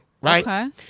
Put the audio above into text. right